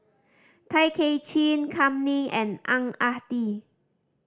Tay Kay Chin Kam Ning and Ang Ah Tee